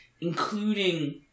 including